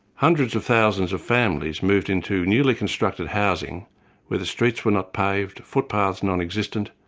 hundreds of thousands of families moved into newly constructed housing where the streets were not paved, footpaths non-existent,